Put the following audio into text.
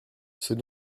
c’est